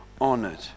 honored